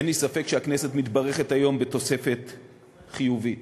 אין לי ספק שהכנסת מתברכת היום בתוספת חיובית.